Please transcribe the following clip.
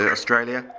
Australia